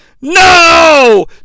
No